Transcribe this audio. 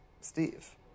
Steve